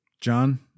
John